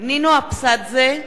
נינו אבסדזה,